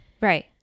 Right